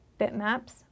bitmaps